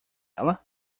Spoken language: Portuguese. ela